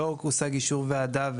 לא הושג אישור הוועדה,